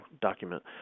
document